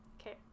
Okay